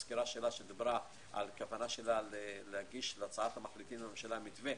שדיברה על הכוונה שלה להגיש להצעת המחליטים לממשלה מתווה